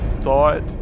thought